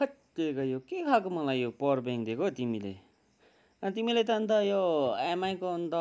थैत तेरिका यो के खालको यो मलाई यो पावर ब्याङ्क दिएको तिमीले तिमीले त अन्त यो एमआईको अन्त